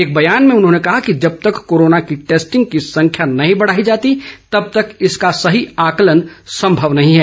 एक बयान में उन्होंने कहा कि जब तक कोरोना की टैस्टिंग की संख्या नहीं बढ़ाई जाती तब तक इसका सही आकलन संभव नहीं है